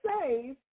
safe